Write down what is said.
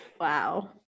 Wow